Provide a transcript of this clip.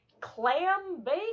Clambake